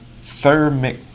thermic